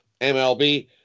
MLB